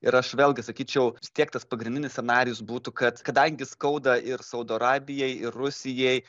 ir aš vėlgi sakyčiau vis tiek tas pagrindinis scenarijus būtų kad kadangi skauda ir saudo arabijai ir rusijai